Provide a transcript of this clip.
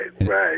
Right